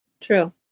True